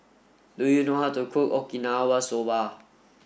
do you know how to cook Okinawa soba